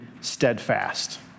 steadfast